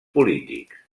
polítics